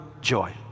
joy